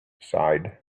side